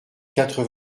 quatre